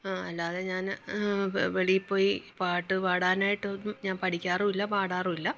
അല്ലാതെ ഞാൻ വെ വെളീപ്പോയി പാട്ടു പാടാനായിട്ടൊന്നും ഞാൻ പഠിക്കാറുമില്ല പാടാറുമില്ല